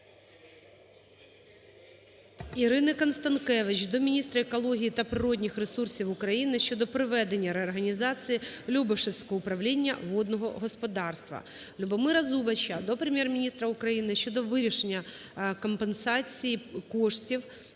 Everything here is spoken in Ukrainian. ІриниКонстанкевич до міністра екології та природних ресурсів України щодо проведення реорганізації Любешівського управління водного господарства. ЛюбомираЗубача до Прем'єр-міністра України щодо вирішення питання компенсації коштів